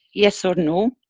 yes or no.